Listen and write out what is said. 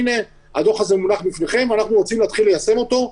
הנה הדוח הזה מונח בפניכם ואנחנו רוצים להתחיל ליישם אותו.